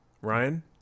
Ryan